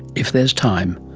if there's time.